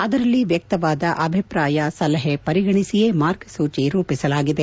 ಅದರಲ್ಲಿ ವ್ಯಕ್ತವಾದ ಅಭಿಪ್ರಾಯ ಸಲಹೆ ಪರಿಗಣಿಸಿಯೇ ಮಾರ್ಗಸೂಚಿ ರೂಪಿಸಲಾಗಿದೆ